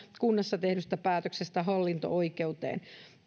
kunnassa tehdystä päätöksestä hallinto oikeuteen